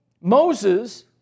Moses